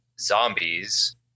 zombies